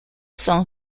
son